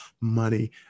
Money